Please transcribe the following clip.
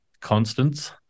constants